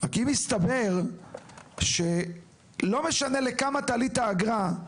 כי אם יסתבר שלא משנה לכמה תלית אגרה,